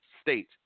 state